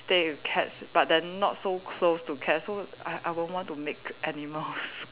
stay with cats but then not so close to cats so I I won't want to make animals